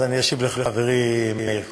אז אני אשיב לחברי מאיר כהן.